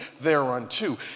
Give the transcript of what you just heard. thereunto